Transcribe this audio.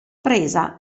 presa